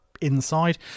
inside